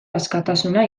askatasuna